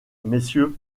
messieurs